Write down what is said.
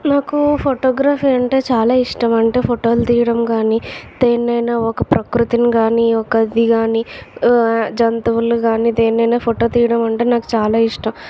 నాకు ఫోటోగ్రఫీ అంటే చాలా ఇష్టం అంటే ఫోటోలు తీయడం కానీ దేనినైనా ఒక ప్రకృతిని గాని ఒక అది కానీ జంతువులు కానీ దేనినైనా ఫోటో తీయడం అంటే నాకు చాలా ఇష్టం